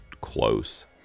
close